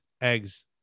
eggs